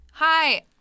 Hi